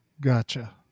Gotcha